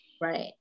Right